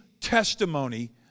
testimony